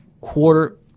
quarter